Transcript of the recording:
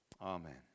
Amen